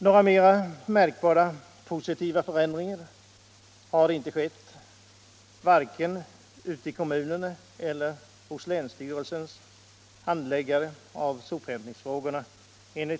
Några mera märkbara positiva förändringar har enligt vad jag kan förstå inte skett vare sig ute i kommunerna eller i länsstyrelsernas handläggning av sophämtningsfrågorna.